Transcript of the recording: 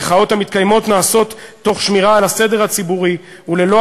המחאות המתקיימות נעשות תוך שמירה על הסדר הציבורי וללא